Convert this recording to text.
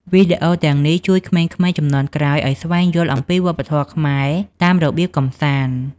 វីដេអូទាំងនេះជួយក្មេងៗជំនាន់ក្រោយឱ្យស្វែងយល់អំពីវប្បធម៌ខ្មែរតាមរបៀបកម្សាន្ត។